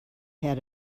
had